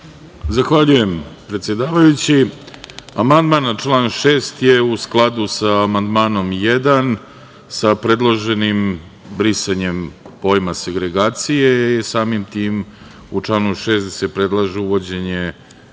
Zahvaljujem, predsedavajući. Amandman na član 6. je u skladu sa amandmanom 1, sa predloženim brisanjem pojma segregacije i samim tim u članu 6. se predlaže uvođenje